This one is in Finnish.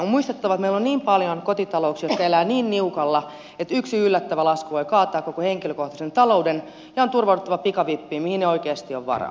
on muistettava että meillä on paljon kotitalouksia jotka elävät niin niukalla että yksi yllättävä lasku voi kaataa koko henkilökohtaisen talouden ja on turvauduttava pikavippiin mihin ei oikeasti ole varaa